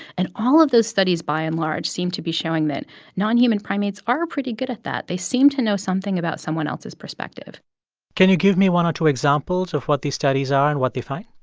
and all of those studies by and large seem to be showing that nonhuman primates are pretty good at that. they seem to know something about someone else's perspective can you give me one or two examples of what these studies are and what they find?